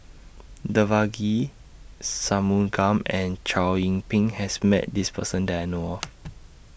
Devagi Sanmugam and Chow Yian Ping has Met This Person that I know of